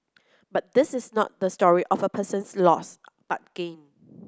but this is not the story of a person's loss but gain